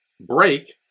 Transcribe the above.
Break